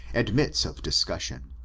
admits of discussion.